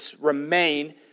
remain